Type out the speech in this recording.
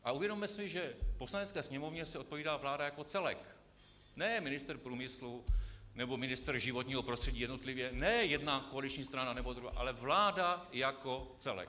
A uvědomme si, že Poslanecké sněmovně se odpovídá vláda jako celek, ne ministr průmyslu nebo ministr životního prostředí jednotlivě, ne jedna koaliční strana nebo druhá, ale vláda jako celek.